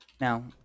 Now